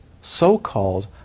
so-called